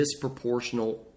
disproportional